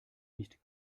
nicht